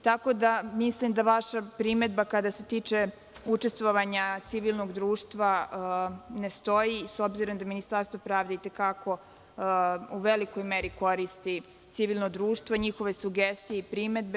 Tako da mislim da vaša primedba, koja se tiče učestvovanja civilnog društva ne stoji, s obzirom da Ministarstvo pravde i te kako u velikoj meri koristi civilno društvo, njihove sugestije i primedbe.